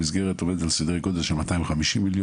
המסגרת עומדת על סדרי גודל של 250 מיליון.